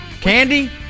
Candy